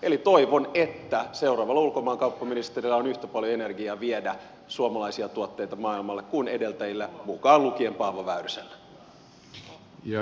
eli toivon että seuraavalla ulkomaankauppaministerillä on yhtä paljon energiaa viedä suomalaisia tuotteita maailmalle kuin edeltäjillä mukaan lukien paavo väyrysellä